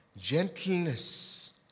Gentleness